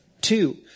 Two